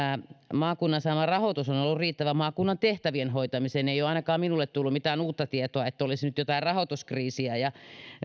maakunnassahan rahoitus on on ollut riittävä maakunnan tehtävien hoitamiseen ei ole ainakaan minulle tullut mitään uutta tietoa että nyt olisi jotain rahoituskriisiä